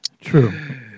True